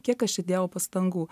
kiek aš čia dėjau pastangų